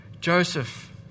Joseph